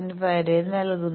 5 വരെ നൽകും